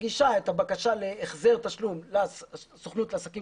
מגישה את הבקשה להחזר תשלום לסוכנות לעסקים